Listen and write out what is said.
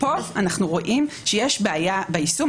פה אנו רואים שיש בעיה ביישום.